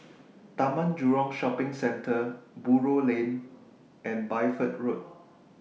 Taman Jurong Shopping Centre Buroh Lane and Bideford Road